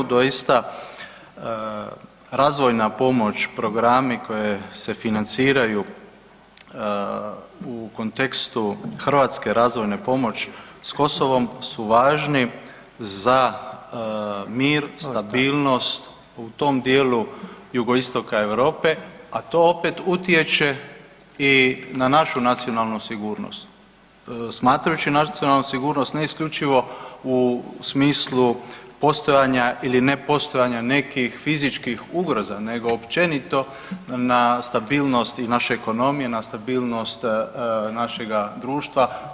Doista razvojna pomoć, programi koji se financiraju u kontekstu hrvatske razvojne pomoći s Kosovom su važni za mir, stabilnost u tom dijelu jugoistoka Europe, a to opet utječe i na našu nacionalnu sigurnost smatrajući nacionalnu sigurnost ne isključivo u smislu postojanja ili nepostojanja nekih fizičkih ugroza, nego općenito na stabilnost naše ekonomije, na stabilnost našega društva.